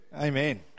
Amen